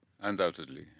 undoubtedly